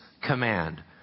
command